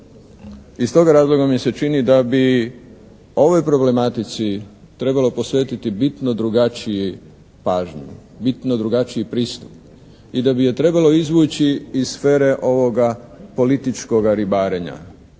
Iz toga razloga mi se čini da bi ovoj problematici trebalo posvetiti bitno drugačiju pažnju, bitno drugačiji pristup i da bi je trebalo izvući iz sfere ovoga političkoga ribarenja.